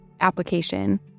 application